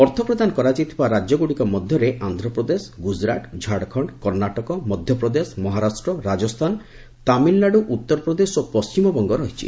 ଅର୍ଥ ପ୍ରଦାନ କରାଯାଇଥିବା ରାଜ୍ୟଗୁଡ଼ିକ ମଧ୍ୟରେ ଆନ୍ଧ୍ରପ୍ରଦେଶ ଗୁଜରାଟ ଝାଡ଼ଖଣ୍ଡ କର୍ଣ୍ଣାଟକ ମଧ୍ୟପ୍ରଦେଶ ମହାରାଷ୍ଟ୍ର ରାଜସ୍ଥାନ ତାମିଲନାଡୁ ଉତ୍ତରପ୍ରଦେଶ ଓ ପଶ୍ଚିମବଙ୍ଗ ରହିଛି